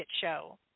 Show